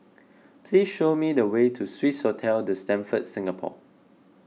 please show me the way to Swissotel the Stamford Singapore